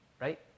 Right